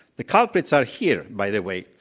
the culprits are here, by the way,